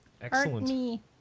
Excellent